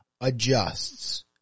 adjusts